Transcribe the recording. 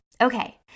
Okay